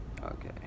Okay